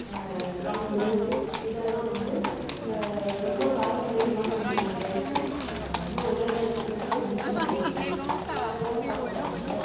கம்பு இதெல்லாம் வந்து ரொம்ப பாரம்பரியமான உணவுகள் ரொம்ப உடல் நலத்துக்கும் ரொம்ப நல்லது அதெல்லாம் சாப்பிடுவாங்க